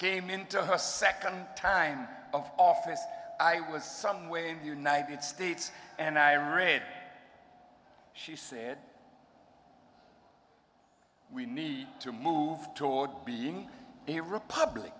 came into her second time of office i was somewhere in the united states and i read she said we need to move toward being a republic